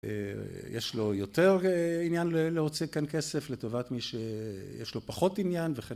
יש לו יותר עניין להוציא כאן כסף לטובת מי ש... יש לו פחות עניין וכן